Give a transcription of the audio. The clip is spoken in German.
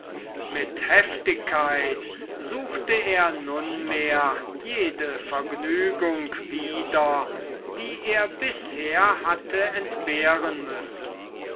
mit heftigkeit suchte er nunmehr jede vergnügung wieder die er bisher hatte entbehren müssen